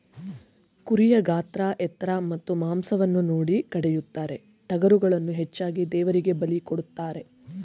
ಕುರಿಯ ಗಾತ್ರ ಎತ್ತರ ಮತ್ತು ಮಾಂಸವನ್ನು ನೋಡಿ ಕಡಿಯುತ್ತಾರೆ, ಟಗರುಗಳನ್ನು ಹೆಚ್ಚಾಗಿ ದೇವರಿಗೆ ಬಲಿ ಕೊಡುತ್ತಾರೆ